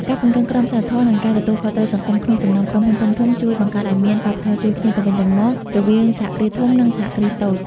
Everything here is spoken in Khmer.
ការពង្រឹងក្រមសីលធម៌ និងការទទួលខុសត្រូវសង្គម ក្នុងចំណោមក្រុមហ៊ុនធំៗ ជួយបង្កើតឱ្យមានវប្បធម៌ជួយគ្នាទៅវិញទៅមករវាងសហគ្រាសធំ និងសហគ្រាសតូច។